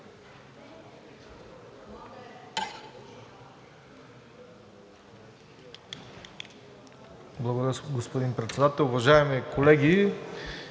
Уважаеми господин Председател, уважаеми колеги!